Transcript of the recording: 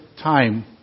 time